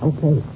Okay